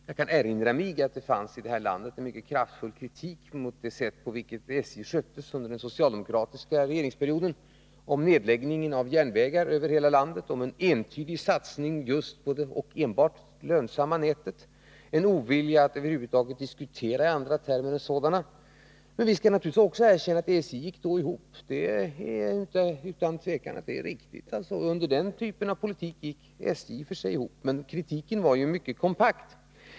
Jag kan dock erinra mig att det i detta land fanns en mycket kraftfull kritik mot det sätt på Om ökad säkerhet vilket SJ sköttes under den socialdemokratiska regeringsperioden. Det för tågtrafiken framfördes kritik mot nedläggningen av järnvägar över hela landet, mot den ensidiga satsningen just på det lönsamma nätet och mot oviljan att över huvud taget diskutera i andra termer än lönsamhetstermer. Men vi skall erkänna att SJ då gick ihop — det är utan tvivel riktigt. Med den typen av politik gick SJ i och för sig ihop, men kritiken var mycket kompakt.